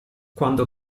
quando